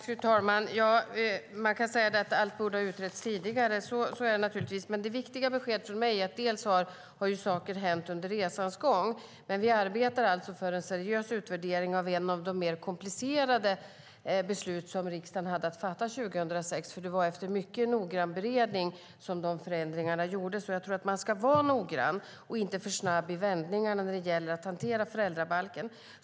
Fru talman! Man kan säga att allt borde ha utretts tidigare. Så är det naturligtvis. Det viktiga beskedet från mig är att saker har hänt under resans gång. Vi arbetar för en seriös utvärdering av ett av de mer komplicerade beslut som riksdagen hade att fatta 2006. Det var efter mycket noggrann beredning som förändringarna gjordes. Jag tror att man ska vara noggrann och inte för snabb i vändningarna när det gäller att hantera föräldrabalken.